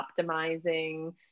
optimizing